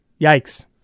Yikes